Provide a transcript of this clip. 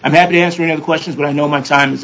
i'm happy answering questions but i know my time